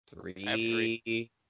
three